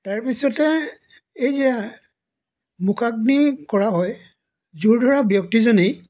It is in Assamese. তাৰপিছতে এই যে মুখাগ্নি কৰা হয় জোৰ ধৰা ব্যক্তিজনেই